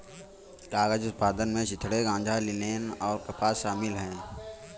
कागज उत्पादन में चिथड़े गांजा लिनेन और कपास शामिल है